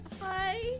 Hi